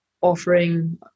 offering